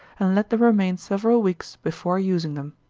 and let them remain several weeks before using them.